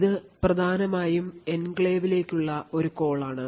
ഇത് പ്രധാനമായും എൻക്ലേവിലേക്കുള്ള ഒരു കോൾ ആണ്